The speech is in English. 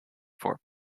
for